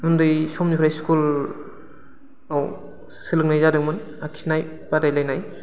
उन्दै समनिफ्राय स्कुलआव सोलोंनाय जादोंमोन आखिनाय बादायलायनाय